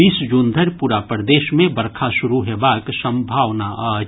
बीस जून धरि पूरा प्रदेश मे बरखा शुरू हेबाक संभावना अछि